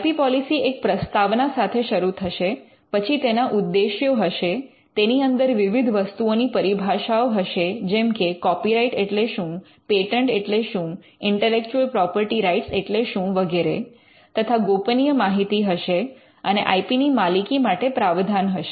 I P policy એક પ્રસ્તાવના સાથે શરૂ થશે પછી તેના ઉદ્દેશ્યો હશે તેની અંદર વિવિધ વસ્તુઓની પરિભાષાઓ હશે જેમ કે કૉપીરાઇટ્ એટલે શું પેટન્ટ એટલે શું ઇન્ટેલેક્ચુઅલ પ્રોપર્ટી રાઇટ્સ એટલે શું વગેરે તથા ગોપનીય માહિતી હશે અને આઇ પી ની માલિકી માટે પ્રાવધાન હશે